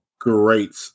great